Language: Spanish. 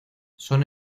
son